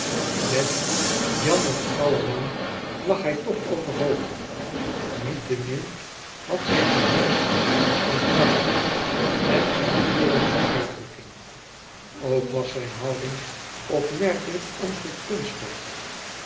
met jan en alleman lag hij toch overhoop niettemin had zijn gezicht een zachte en pleizierige uitdrukking ook was zijn houding opmerkelijk